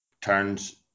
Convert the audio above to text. turns